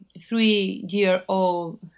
three-year-old